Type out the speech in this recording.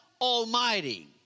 Almighty